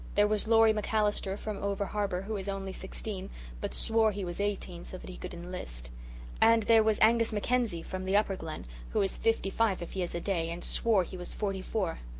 there was laurie mcallister from over-harbour who is only sixteen but swore he was eighteen, so that he could enlist and there was angus mackenzie, from the upper glen who is fifty-five if he is a day and swore he was forty-four.